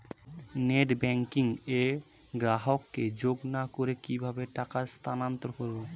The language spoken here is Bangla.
নেট ব্যাংকিং এ গ্রাহককে যোগ না করে কিভাবে টাকা স্থানান্তর করব?